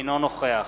אינו נוכח